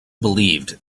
believed